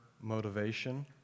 motivation